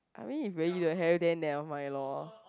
I mean if really don't have then never mind lor